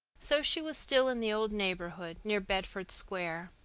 so she was still in the old neighborhood, near bedford square.